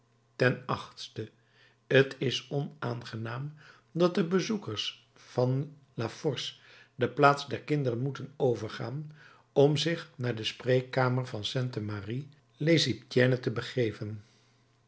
ten achtste t is onaangenaam dat de bezoekers van la force de plaats der kinderen moeten overgaan om zich naar de spreekkamer van sainte marie legyptienne te begeven